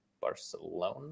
Barcelona